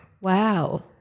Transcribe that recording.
Wow